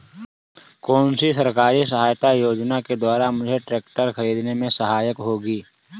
कौनसी सरकारी सहायता योजना के द्वारा मुझे ट्रैक्टर खरीदने में सहायक होगी?